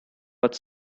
but